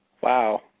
wow